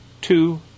two